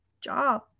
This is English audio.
job